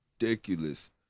ridiculous